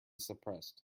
suppressed